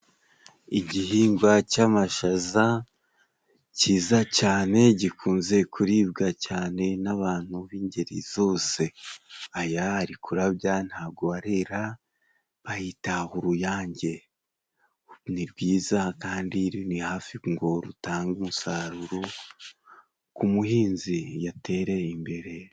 Igihingwa cy'amashaza cyiza cyane gikunze kuribwa cyane n'abantu b'ingeri zose, aya ari kurabya ntago arera bayita uruyange, ni rwiza kandi ruri hafi ngo rutange umusaruro ku muhinzi yatere imbere.